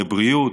לבריאות,